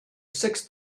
six